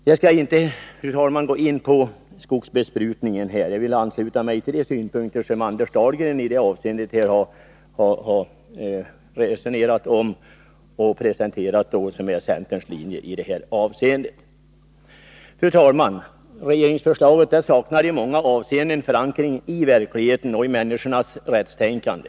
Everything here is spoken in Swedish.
Jag skallinte, fru talman, gå in på skogsbesprutningen utan ansluter mig till de synpunkter som Anders Dahlgren här har framfört och som utgör centerns linje i detta avseende. Fru talman! Regeringens förslag saknar i många avseenden förankring i verkligheten och i människornas rättstänkande.